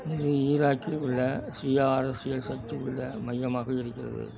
இது ஈராக்கில் உள்ள ஷியா அரசியல் சக்தியுள்ள மையமாக இருக்கிறது